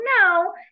no